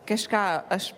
kažką aš